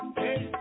hey